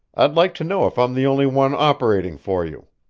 i'd like to know if i'm the only one operating for you.